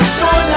joy